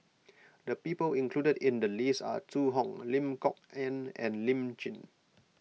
the people included in the list are Zhu Hong Lim Kok Ann and Lim Jim